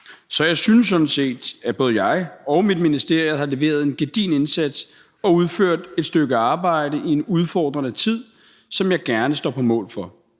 Så jeg synes sådan set, at både jeg og mit ministerium har leveret en gedigen indsats og udført et stykke arbejde i en udfordrende tid, som jeg gerne står på mål for.